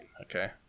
okay